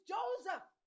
Joseph